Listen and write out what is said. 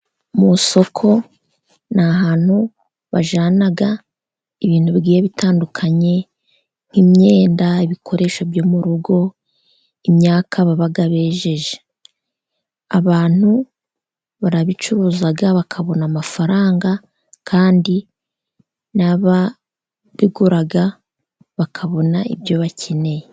Mu isoko ni ahantu bajyana ibintu bigiye bitandukanye nk'imyenda , ibikoresho byo mu rugo, imyaka baba bejeje. Abantu barabicuruza bakabona amafaranga, kandi n'ababigura bakabona ibyo bakeneye.